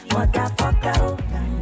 Motherfucker